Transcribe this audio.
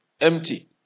empty